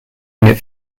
unit